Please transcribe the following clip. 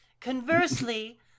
Conversely